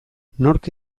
nork